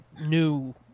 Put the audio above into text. new